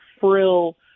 frill